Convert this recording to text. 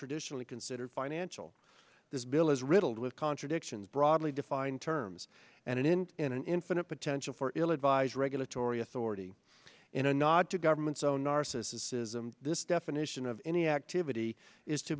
traditionally considered financial this bill is riddled with contradictions broadly defined terms and in in an infinite potential for ill advised regulatory authority in a nod to government's own narcissism this definition of any activity is to